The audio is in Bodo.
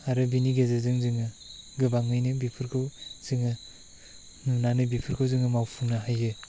आरो बिनि गेजेरजों जोङो गोबाङैनो बेफोरखौ जोङो नुनानै बेफोरखौ जोङो मावफुंनो हायो